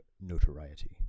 Notoriety